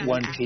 One